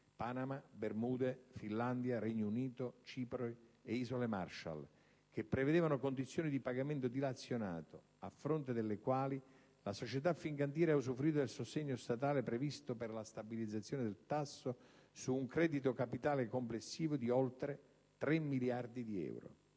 (Panama, Bermuda, Finlandia, Regno Unito, Cipro e Isole Marshall), che prevedevano condizioni di pagamento dilazionato a fronte delle quali la società Fincantieri ha usufruito del sostegno statale previsto per la stabilizzazione del tasso, su un credito capitale complessivo di oltre 3 miliardi di euro.